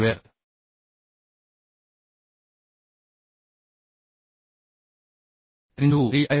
square into E